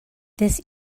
this